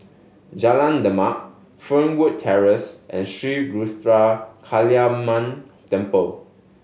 Jalan Demak Fernwood Terrace and Sri Ruthra Kaliamman Temple